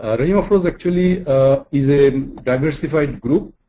rahimafrooz actually is a diversified group.